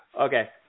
okay